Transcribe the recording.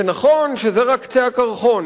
זה נכון שזה רק קצה הקרחון.